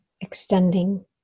extending